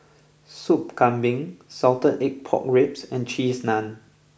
Sop Kambing Salted Egg Pork Ribs and Cheese Naan